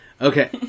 Okay